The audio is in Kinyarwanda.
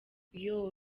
yoooo